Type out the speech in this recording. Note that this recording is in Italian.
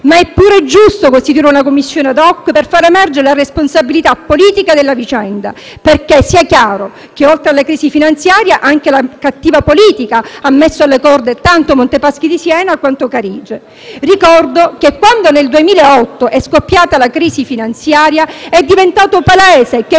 ma è pure giusto costituire una Commissione *ad hoc* per far emergere la responsabilità politica della vicenda, perché sia chiaro che oltre alla crisi finanziaria anche la cattiva politica ha messo alle corde tanto Monte dei Paschi di Siena quanto Carige. Ricordo che quando nel 2008 è scoppiata la crisi finanziaria, è diventato palese che